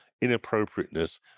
inappropriateness